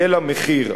יהיה מחיר.